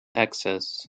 access